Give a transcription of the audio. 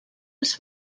els